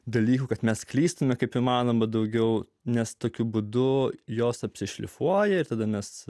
dalykų kad mes klystame kaip įmanoma daugiau nes tokiu būdu jos apsi šlifuoja ir tada mes